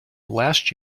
last